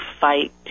fight